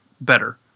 better